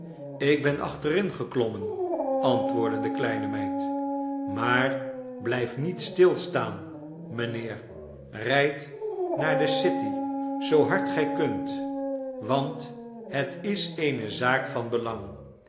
ik ben achterin geklommen antwoordde de kleine meid maar blijf niet stilstaan mijnheerl rijd naar de city zoo hard gij kunt want het is eene zaak van belang